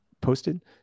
posted